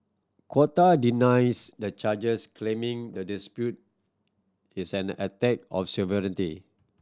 Qatar denies the charges claiming the dispute is an attack on sovereignty